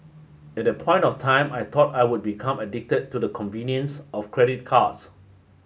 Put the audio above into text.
at that point of time I thought I would become addicted to the convenience of credit cards